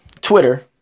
Twitter